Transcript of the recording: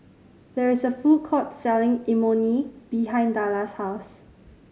there is a food court selling Imoni behind Dellar's house